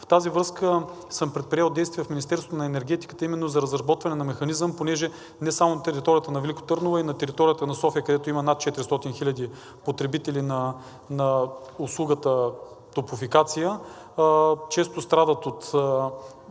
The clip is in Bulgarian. В тази връзка съм предприел действия в Министерството на енергетиката именно за разработване на механизъм, понеже не само на територията на Велико Търново, а и на територията на София, където има над 400 хиляди потребители на услугата топлофикация, често страдат от